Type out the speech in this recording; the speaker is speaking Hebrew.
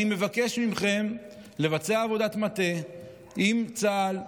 אני מבקש מכם לבצע עבודת מטה עם צה"ל,